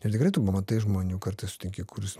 ir tikrai tu pamatai žmonių kartais sutinki kuris